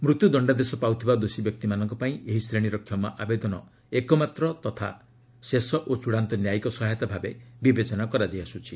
ମୃତ୍ୟୁ ଦଶ୍ଡାଦେଶ ପାଉଥିବା ଦୋଷୀ ବ୍ୟକ୍ତିମାନଙ୍କ ପାଇଁ ଏହି ଶ୍ରେଣୀର କ୍ଷମା ଆବେଦନ ଏକମାତ୍ର ଶେଷ ତଥା ଚୂଡ଼ାନ୍ତ ନ୍ୟାୟିକ ସହାୟତା ଭାବେ ବିବେଚନା କରାଯାଇ ଆସ୍ରଛି